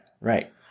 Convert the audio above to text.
Right